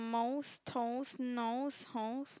mose toes nose hose